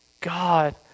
God